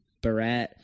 Barat